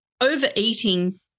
overeating